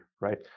right